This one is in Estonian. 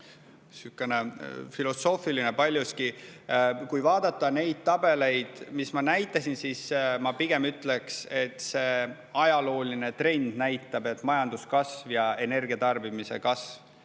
selline filosoofiline. Kui vaadata neid tabeleid, mis ma näitasin, siis ma pigem ütlen nii: ajalooline trend näitab, et majanduskasv ja energia tarbimise kasv